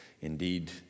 Indeed